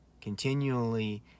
continually